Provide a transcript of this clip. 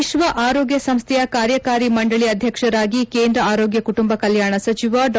ವಿಶ್ವ ಆರೋಗ್ನ ಸಂಸ್ಥೆಯ ಕಾರ್ಯಕಾರಿ ಮಂಡಳಿ ಅಧ್ಯಕ್ಷರಾಗಿ ಕೇಂದ್ರ ಆರೋಗ್ನ ಕುಟುಂಬ ಕಲ್ಲಾಣ ಸಚಿವ ಡಾ